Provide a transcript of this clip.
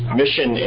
mission